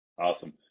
Awesome